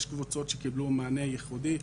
יש קבוצות שקיבלו מענה ייחודי.